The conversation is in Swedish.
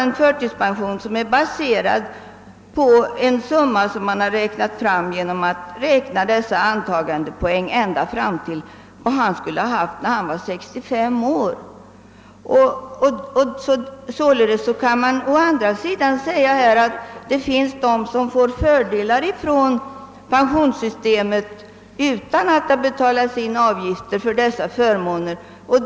Den förtidspension som i sådana fall utgår är baserad på en inkomstsumma som räknats fram på grundval av antagandepoängen för en period som sträcker sig ända fram till dess att personen i fråga skulle ha fyllt 65 år. Jag upprepar att det alltså finns de som får fördelar genom pensionssystemet utan att några motsvarande avgifter betalats in.